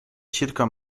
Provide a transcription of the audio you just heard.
circa